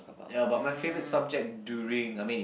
ya but my favourite subject during I mean